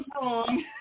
wrong